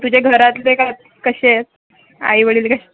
तुझे घरातले कसे आहेत आई वडील क